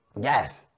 Yes